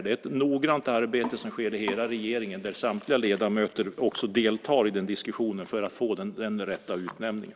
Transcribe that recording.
Det är ett noggrant arbete som sker i hela regeringen. Samtliga ledamöter deltar i diskussionen för att få den rätta utnämningen.